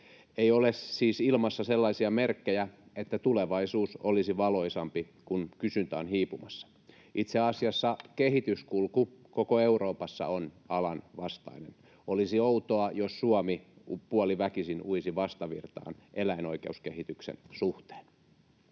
Ei ole siis ilmassa sellaisia merkkejä, että tulevaisuus olisi valoisampi, kun kysyntä on hiipumassa. Itse asiassa kehityskulku koko Euroopassa on alan vastainen. Olisi outoa, jos Suomi puoliväkisin uisi vastavirtaan eläinoikeuskehityksen suhteen.